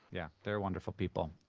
yeah, they're wonderful people.